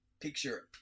picture